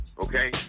Okay